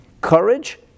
courage